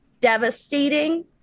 Devastating